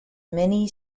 many